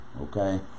Okay